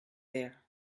there